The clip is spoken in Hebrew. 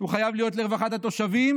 הוא חייב להיות לרווחת התושבים,